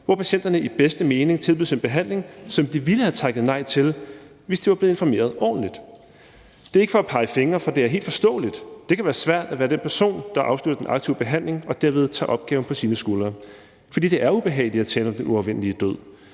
hvor patienterne i bedste mening tilbydes en behandling, som de ville have takket nej til, hvis de var blevet informeret ordentligt. Kl. 18:16 Det er ikke for at pege fingre, for det er helt forståeligt, at det kan være svært at være den person, der afslutter den aktive behandling og derved tager opgaven på sine skuldre. For det er ubehageligt at tale om den uafvendelige død.